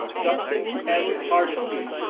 dustin m hardesty,